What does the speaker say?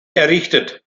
errichtet